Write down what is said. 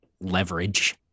leverage